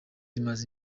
imaze